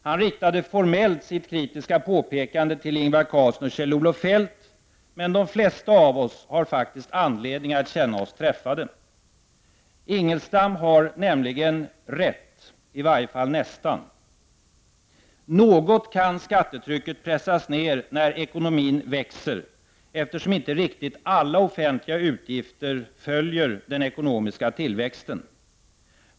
Han riktade formellt sitt kritiska påpekande till Ingvar Carlsson och Kjell-Olof Feldt, men de flesta av oss har faktiskt anledning att känna sig träffade. Ingelstam har nämligen rätt, i varje fall nästan. Något kan skattetrycket pressas ned när ekonomin växer, eftersom inte riktigt alla offentliga utgifter följer den ekonomiska tillväxten.